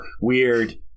weird